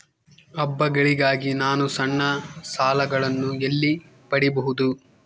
ಹಬ್ಬಗಳಿಗಾಗಿ ನಾನು ಸಣ್ಣ ಸಾಲಗಳನ್ನು ಎಲ್ಲಿ ಪಡಿಬಹುದು?